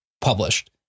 published